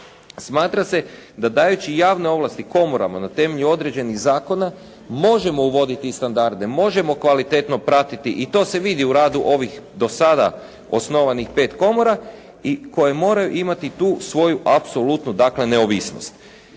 smatra se da dajući javne ovlaste komorama na temelju određenih zakona možemo uvoditi standarde, možemo kvalitetno pratiti i to se vidi u radu ovih do sada osnovanih pet komora i koje moraju imati tu svoju apsolutnu dakle, neovisnost.